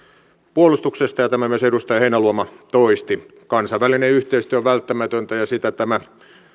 puolustuksesta ja tämän myös edustaja heinäluoma toisti kansainvälinen yhteistyö on välttämätöntä ja sitä tämä